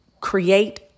create